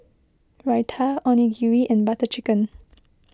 Raita Onigiri and Butter Chicken